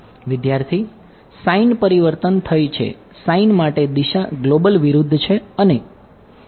વિદ્યાર્થી સાઇન પરિવર્તન થઈ છે સાઇન વિરુદ્ધ છે અને